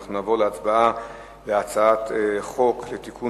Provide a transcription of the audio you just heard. אנחנו נעבור להצבעה בקריאה ראשונה על הצעת חוק לתיקון